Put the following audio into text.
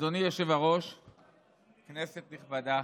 אדוני היושב-ראש, כנסת נכבדה,